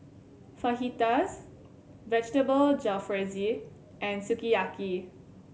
Fajitas Vegetable Jalfrezi and Sukiyaki